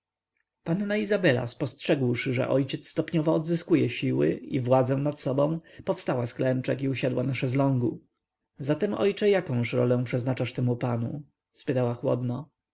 panna izabela spostrzegłszy że ojciec stopniowo odzyskuje siły i władzę nad sobą powstała z klęczek i usiadła na szeslągu zatem ojcze jakąż rolę przeznaczasz temu panu spytała chłodno